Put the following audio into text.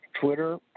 Twitter